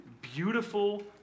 beautiful